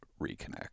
reconnect